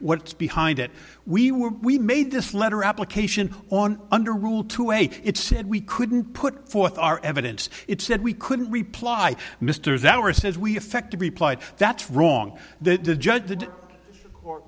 what's behind it we were we made this letter application on under a rule to wait it said we couldn't put forth our evidence it said we couldn't reply misters our says we affected replied that's wrong that the judge